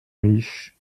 riches